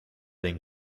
den